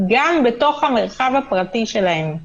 גם בתוך המרחב הפרטי שלהם,